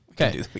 Okay